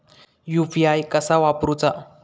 UPI कसा वापरूचा?